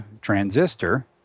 transistor